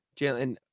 Jalen